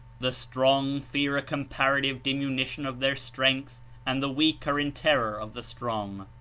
the strong fear a com parative diminution of their strength and the weak are in terror of the strong.